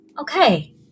okay